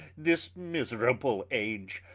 this miserable age!